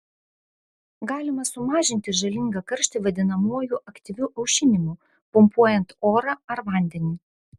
galima sumažinti žalingą karštį vadinamuoju aktyviu aušinimu pumpuojant orą ar vandenį